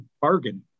bargain